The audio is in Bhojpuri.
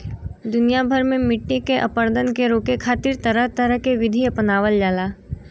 दुनिया भर में मट्टी के अपरदन के रोके खातिर तरह तरह के विधि अपनावल जाला